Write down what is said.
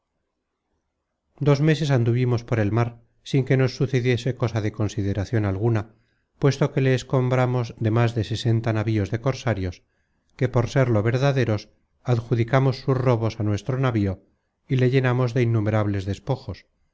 dos meses anduvimos por el mar sin que nos sucediese cosa de consideracion alguna puesto que le escombramos de más de sesenta navíos de cosarios que por serlo verdaderos adjudicamos sus robos a nuestro navío y le llenamos de inumerables despojos